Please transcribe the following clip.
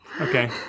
Okay